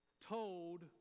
told